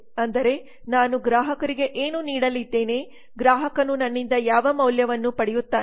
ಅಂದರೆ ನಾನು ಗ್ರಾಹಕರಿಗೆ ಏನು ನೀಡಲಿದ್ದೇನೆ ಗ್ರಾಹಕನು ನನ್ನಿಂದ ಯಾವ ಮೌಲ್ಯವನ್ನು ಪಡೆಯುತ್ತಾನೆ